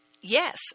Yes